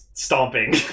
Stomping